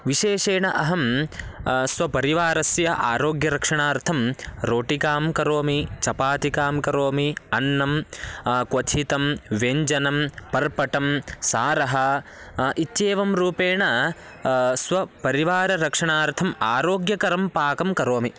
विशेषेण अहं स्वपरिवारस्य आरोग्यरक्षणार्थं रोटिकां करोमि चपातिकां करोमि अन्नं क्वथितं व्यञ्जनं पर्पटं सारम् इत्येवं रूपेण स्व परिवाररक्षणार्थम् आरोग्यकरं पाकं करोमि